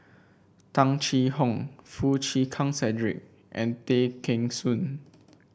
Tung Chye Hong Foo Chee Keng Cedric and Tay Kheng Soon